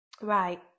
Right